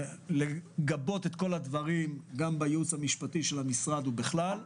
לגבות את כל הדברים גם בייעוץ המשפטי של המשרד ובכלל.